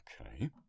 Okay